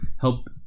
help